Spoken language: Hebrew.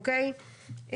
אוקיי?